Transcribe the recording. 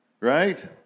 Right